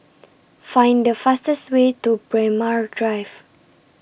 Fine The fastest Way to Braemar Drive